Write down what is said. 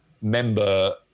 member